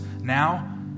Now